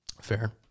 Fair